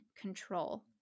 control